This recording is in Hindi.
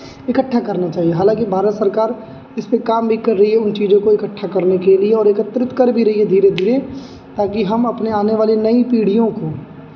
इकट्ठा करना चाहिए हालांकि भारत सरकार इसपे काम भी कर रही है उन चीज़ों को इकट्ठा करने के लिए और एकत्रित कर भी रही है धीरे धीरे ताकि हम अपने आने वाले नई पीढ़ियों को